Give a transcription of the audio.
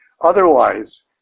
Otherwise